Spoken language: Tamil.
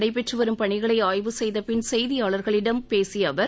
நடைபெற்று வரும் பணிகளை ஆய்வு செய்தபின் செய்திபாளர்களிடம் பேசிய அவர்